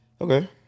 Okay